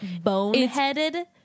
boneheaded